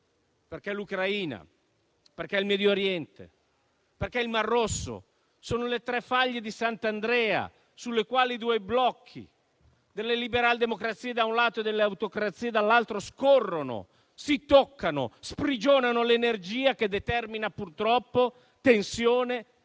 perché l'Ucraina, il Medio Oriente e il Mar Rosso sono le tre faglie di Sant'Andrea sulle quali i due blocchi delle liberal-democrazie - da un lato - e delle autocrazie - dall'altro - scorrono, si toccano e sprigionano l'energia che determina purtroppo tensione,